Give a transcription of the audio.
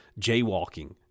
jaywalking